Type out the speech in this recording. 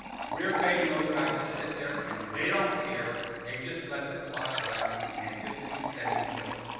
we're paying those guys to sit there, and they don't care, they just let the clock run and they just keep sending bills.